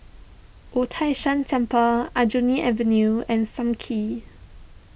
Wu Tai Shan Temple Aljunied Avenue and Sam Kee